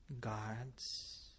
gods